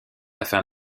afin